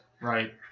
Right